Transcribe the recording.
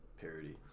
parody